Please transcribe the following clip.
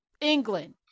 England